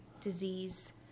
disease